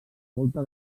volta